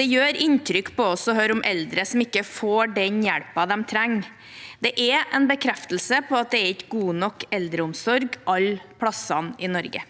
Det gjør inntrykk på oss å høre om eldre som ikke får den hjelpen de trenger. Det er en bekreftelse på at det ikke er god nok eldreomsorg alle steder i Norge.